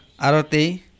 Aroti